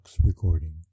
recording